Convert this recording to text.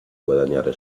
guadagnare